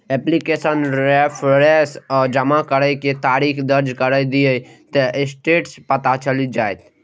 application reference आ जमा करै के तारीख दर्ज कैर दियौ, ते स्टेटस पता चलि जाएत